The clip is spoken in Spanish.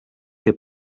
que